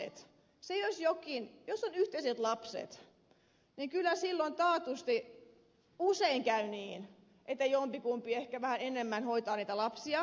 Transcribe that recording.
jos on yhteiset lapset niin kyllä silloin taatusti usein käy niin että jompikumpi ehkä vähän enemmän hoitaa niitä lapsia